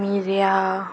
मिऱ्या